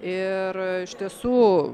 ir iš tiesų